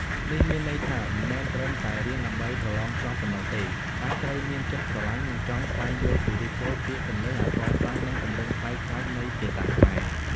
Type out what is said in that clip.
នេះមានន័យថា មិនមែនត្រឹមតែរៀនដើម្បីប្រឡងជាប់ប៉ុណ្ណោះទេ តែត្រូវមានចិត្តស្រឡាញ់ និងចង់ស្វែងយល់ពីឫសគល់ ពាក្យគន្លឹះ អក្សរសាស្ត្រ និងទម្រង់ប្លែកៗនៃភាសាខ្មែរ។